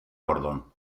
cordón